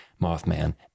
Mothman